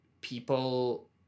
people